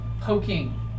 poking